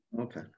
Okay